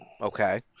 Okay